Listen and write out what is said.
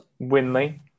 Winley